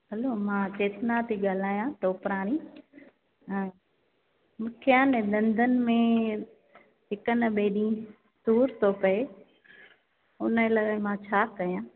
हलो मां कृष्णा थी ॻाल्हायां टोपराणी हां मूंखे आहे न डंदनि में हिकु न ॿिए ॾींहुं सूर थो पए उन लाइ मां छा कयां